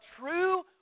true